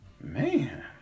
Man